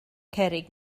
cerrig